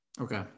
Okay